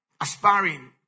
aspiring